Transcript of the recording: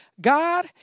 God